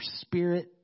spirit